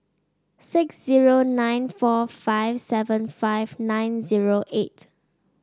six zero nine four five seven five nine zero eight